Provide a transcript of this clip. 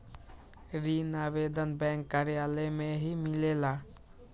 ऋण आवेदन बैंक कार्यालय मे ही मिलेला?